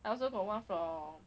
I also got one from